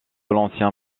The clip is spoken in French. l’ancien